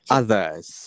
others